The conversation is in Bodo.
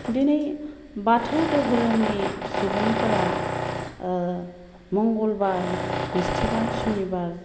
दिनै बाथौ दोहोरोमनि सुबुंफोरा मंगलबार बिसथिबार सुनिबार